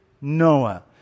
Noah